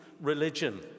religion